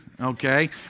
Okay